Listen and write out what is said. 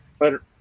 Later